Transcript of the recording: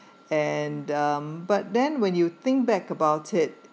and um but then when you think back about it